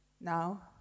now